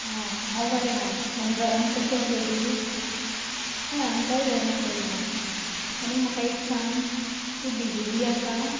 आं हांव बरें हा आनी घरांत कशीं आहा सगळीं हय आमच्याय घरांत बरीं हां आनी म्हाका एक सांग तूं बिजी बी आसा